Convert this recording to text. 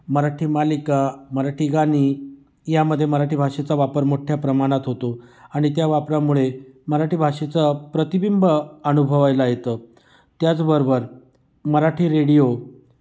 मराठी मालिका मराठी गाणी यामध्ये मराठी भाषेचा वापर मोठ्या प्रमाणात होतो आणि त्या वापरामुळे मराठी भाषेचं प्रतिबिंब अनुभवायला येतं त्याचबरोबर मराठी रेडिओ